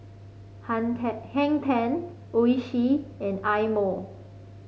Han Ten Hang Ten Oishi and Eye Mo